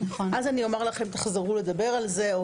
אז אני אומר לכם תחזרו לדבר על זה או